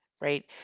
right